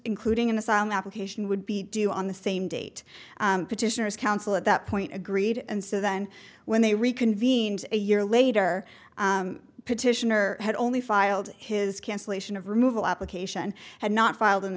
including an asylum application would be due on the same date petitioners council at that point agreed and so then when they reconvened a year later petitioner had only filed his cancellation of removal application had not filed an